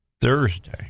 Thursday